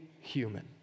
human